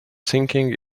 thinking